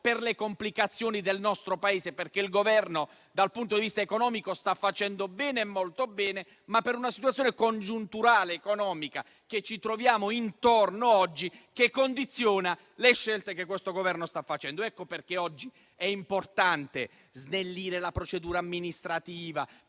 per le complicazioni del nostro Paese - perché il Governo, dal punto di vista economico, sta facendo molto bene - ma per la situazione congiunturale economica che ci troviamo intorno, che condiziona le scelte del Governo. Ecco perché oggi è importante snellire la procedura amministrativa